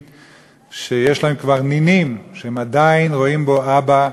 שיש להם כבר נינים והם עדיין רואים בו אבא.